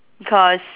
because